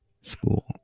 school